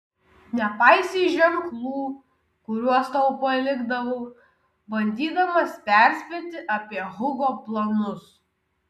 nepaisei ženklų kuriuos tau palikdavau bandydamas perspėti apie hugo planus